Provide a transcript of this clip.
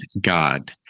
God